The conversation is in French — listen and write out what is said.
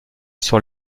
sur